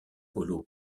paulo